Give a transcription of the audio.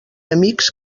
amics